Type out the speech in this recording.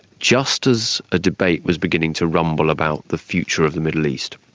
just as a debate was beginning to rumble about the future of the middle east.